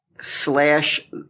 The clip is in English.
slash